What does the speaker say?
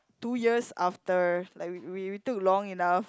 two years after like we we we took long enough